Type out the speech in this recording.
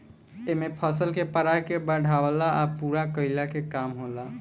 एमे फसल के पराग के बढ़ावला आ पूरा कईला के काम होला